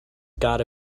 gotta